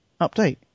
update